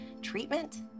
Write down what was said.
treatment